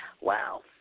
Wow